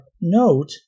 note